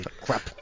Crap